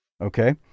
Okay